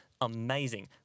amazing